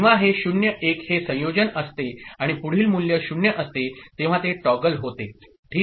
जेव्हा हे 0 1 हे संयोजन असते आणि पुढील मूल्य 0 असते तेव्हा ते टॉगल होते ठीक